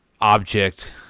object